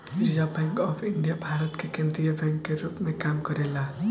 reserve bank of India Bharat के केंद्रीय बैंक के रूप में काम करेला